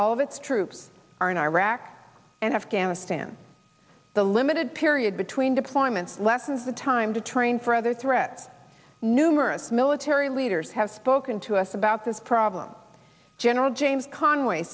all of its troops are in iraq and afghanistan the limited period between deployments lessens the time to train for other threats numerous military leaders have spoken to us about this problem general james conway